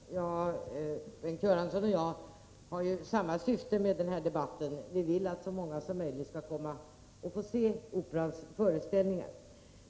Herr talman! Bengt Göransson och jag har samma syfte med den här debatten — vi vill att så många som möjligt skall få se Operans föreställningar.